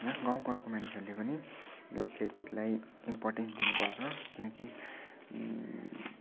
होइन गाउँ घरको मानिसहरूले पनि यो खेलकुदलाई इम्पोर्टेन्स दिनु पर्छ किनकि